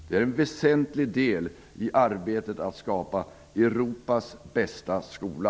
Det är en väsentlig del i arbetet att skapa Europas bästa skola.